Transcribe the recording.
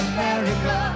America